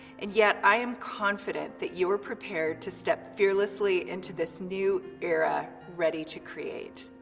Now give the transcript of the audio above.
and yet i am confident that you were prepared to step fearlessly into this new era, ready to create.